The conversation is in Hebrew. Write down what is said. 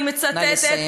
אני מצטטת: נא לסיים.